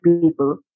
people